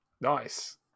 Nice